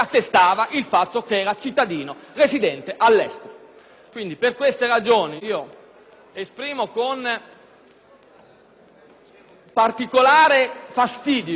Per queste ragioni esprimo particolare fastidio per il fatto che la discussione si sia